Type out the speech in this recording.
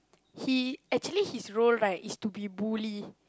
he actually his role right is to be bully